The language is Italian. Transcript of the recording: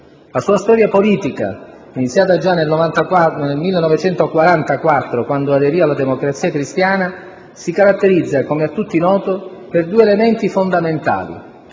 La sua storia politica, iniziata già nel 1944 quando aderì alla Democrazia Cristiana, si caratterizza, come a tutti noto, per due elementi fondamentali: